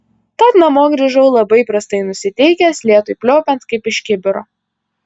tad namo grįžau labai prastai nusiteikęs lietui pliaupiant kaip iš kibiro